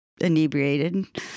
inebriated